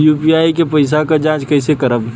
UPI के पैसा क जांच कइसे करब?